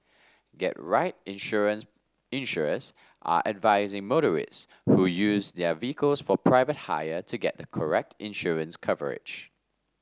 get right insurance insurers are advising motorists who use their vehicles for private hire to get the correct insurance coverage